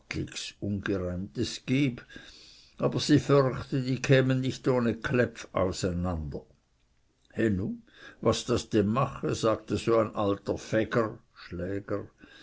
uwatligs geb aber sie förchte die kämen nicht ohne kläpf auseinander he nu was das denn mache sagte so ein alter fäger